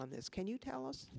on this can you tell us